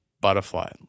butterfly